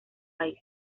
país